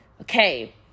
okay